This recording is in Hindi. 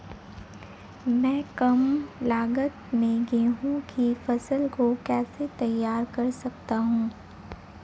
मैं कम लागत में गेहूँ की फसल को कैसे तैयार कर सकता हूँ?